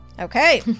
Okay